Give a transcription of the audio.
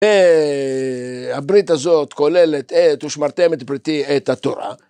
הברית הזאת כוללת את ושמרתם את בריתי את התורה.